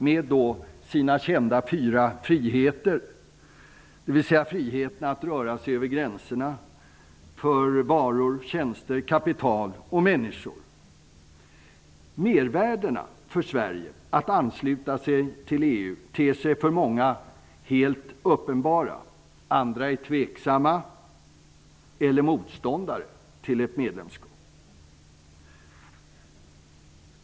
Den har sina fyra kända friheten, dvs. friheten att röra sig över gränserna för varor, tjänster, kapital och människor. De mervärden som Sverige får genom att ansluta sig till EU är helt uppenbara för många. Andra är tveksamma eller motståndare till ett medlemskap.